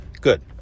Good